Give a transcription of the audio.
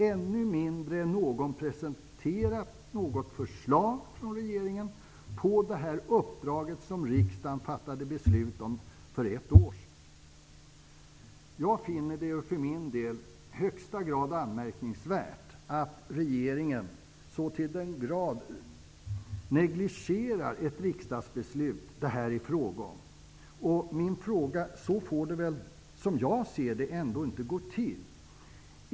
Ännu mindre har någon presenterat något förslag från regeringen med anledning av det uppdrag som riksdagen fattade beslut om för ett år sedan. Jag finner det i högsta grad anmärkningsvärt att regeringen så till den grad negligerar det riksdagsbeslut som det är fråga om. Så får det väl ändå inte gå till?